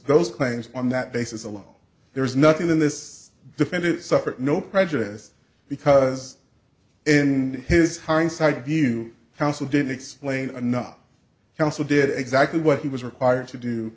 those claims on that basis alone there's nothing in this defendant suffered no prejudice because in his hindsight view counsel didn't explain enough counsel did exactly what he was required to do